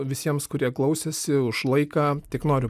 visiems kurie klausėsi už laiką tik noriu